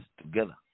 together